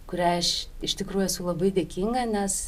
kuriai aš iš tikrųjų esu labai dėkinga nes